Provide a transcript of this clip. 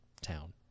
town